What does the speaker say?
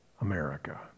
America